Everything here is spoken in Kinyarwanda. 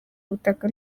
ubutaka